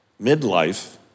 midlife